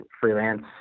freelance